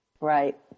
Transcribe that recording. Right